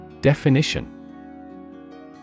Definition